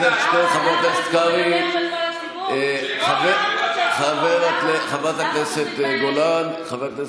חבר הכנסת שטרן, חבר הכנסת קרעי.